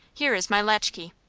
here is my latchkey.